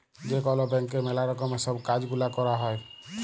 যে কল ব্যাংকে ম্যালা রকমের সব কাজ গুলা ক্যরা হ্যয়